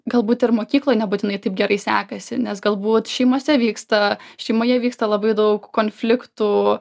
galbūt ir mokykloj nebūtinai taip gerai sekasi nes galbūt šeimose vyksta šeimoje vyksta labai daug konfliktų